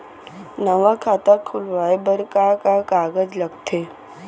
नवा खाता खुलवाए बर का का कागज लगथे?